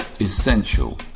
Essential